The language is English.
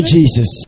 Jesus